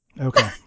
Okay